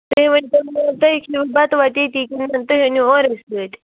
تُہۍ ؤنۍ تَو مےٚ یہِ تُہۍ کھیٚیُو بَتہٕ وَتہٕ یٔتی کِنہٕ تُہۍ أنیُو اورٕے سۭتۍ